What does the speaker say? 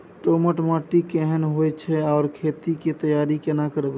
दोमट माटी केहन होय छै आर खेत के तैयारी केना करबै?